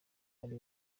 ari